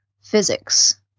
physics